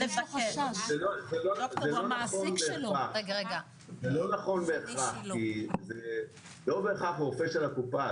זה לא נכון בהכרח, כי לא בהכרח זה רופא של הקופה.